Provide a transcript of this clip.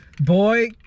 boy